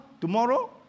Tomorrow